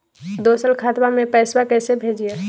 दोसर खतबा में पैसबा कैसे भेजिए?